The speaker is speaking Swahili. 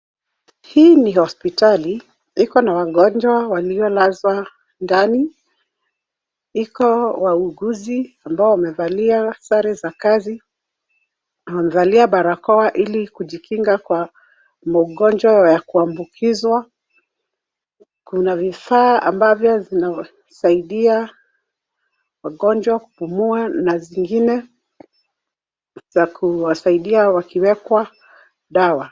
Hii ni hospitali, iko na wagonjwa waliolazwa ndani, iko wauguzi ambao wamevalia sare za kazi, wamevalia barakoa ili kujikinga kwa magonjwa ya kuambukizwa. Kuna vifaa ambavyo ni vya kuwasaidia wagonjwa kupimia na zingine za kuwasaidia wakiwekwa dawa.